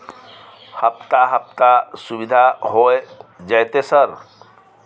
हफ्ता हफ्ता सुविधा होय जयते सर?